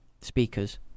speakers